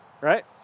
right